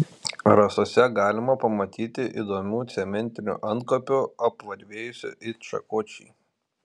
rasose galima pamatyti įdomių cementinių antkapių apvarvėjusių it šakočiai